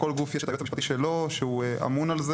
לכל גוף יש את היועץ המשפטי שלו שהוא אמון על זה